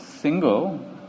single